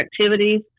activities